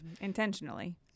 Intentionally